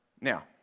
Now